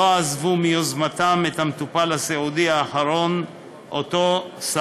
לא עזבו מיוזמתם את המטופל הסיעודי האחרון שסעדו,